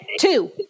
Two